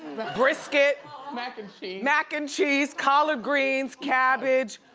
brisket mac and cheese. mac and cheese, collard greens, cabbage,